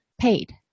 paid